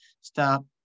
stop